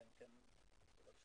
ראיתי